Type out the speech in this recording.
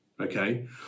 okay